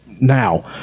now